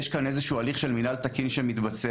יש כאן איזשהו הליך של מינהל תקין שמתבצע.